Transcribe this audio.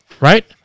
right